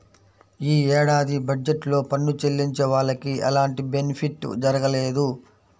యీ ఏడాది బడ్జెట్ లో పన్ను చెల్లించే వాళ్లకి ఎలాంటి బెనిఫిట్ జరగలేదు